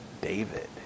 David